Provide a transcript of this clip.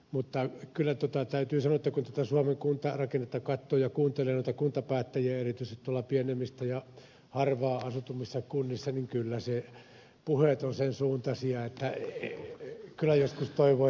mutta kyllä täytyy sanoa kun tätä suomen kuntarakennetta katsoo ja kuuntelee noita kuntapäättäjiä erityisesti tuolla pienemmissä ja harvempaan asutuissa kunnissa että kyllä puheet ovat sen suuntaisia että kyllä joskus toivoisi pakkoliitoksiakin